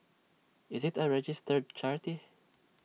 is IT A registered charity